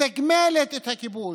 מתגמלת את הכיבוש,